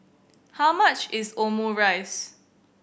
how much is Omurice